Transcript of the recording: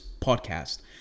podcast